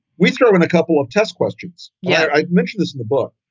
we start with a couple of test questions. yeah, i mentioned this in the book,